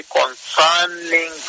concerning